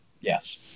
Yes